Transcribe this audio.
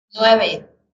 nueve